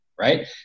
right